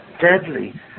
Deadly